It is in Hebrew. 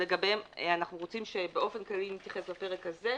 שלגביהן אנחנו רוצים שבאופן כללי נתייחס בפרק הזה.